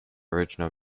original